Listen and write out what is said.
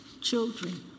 children